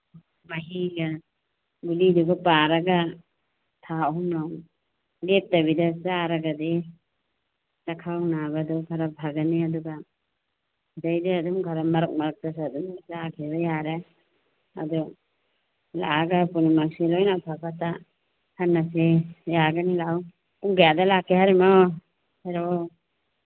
ꯃꯍꯤꯒ ꯒꯨꯂꯤꯗꯨꯒ ꯄꯥꯔꯒ ꯊꯥ ꯑꯍꯨꯝ ꯂꯣ ꯂꯦꯞꯇꯕꯤꯗ ꯆꯥꯔꯒꯗꯤ ꯆꯥꯛꯈꯥꯎ ꯅꯥꯕꯗꯨ ꯈꯔ ꯐꯒꯅꯤ ꯑꯗꯨꯒ ꯑꯗꯩꯗꯤ ꯑꯗꯨꯝ ꯈꯔ ꯃꯔꯛ ꯃꯔꯛꯇꯁꯨ ꯑꯗꯨꯝ ꯆꯥꯒꯤꯕ ꯌꯥꯔꯦ ꯑꯗꯣ ꯂꯥꯛꯑꯒ ꯄꯨꯝꯅꯃꯛꯁꯤ ꯂꯣꯏꯅ ꯑꯐ ꯐꯠꯇ ꯈꯟꯅꯁꯦ ꯌꯥꯒꯅꯤ ꯂꯥꯛꯑꯣ ꯄꯨꯡ ꯀꯌꯥꯗ ꯂꯥꯛꯀꯦ ꯍꯥꯏꯔꯤꯝꯅꯣ ꯍꯥꯏꯔꯛꯑꯣ